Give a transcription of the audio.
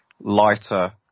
lighter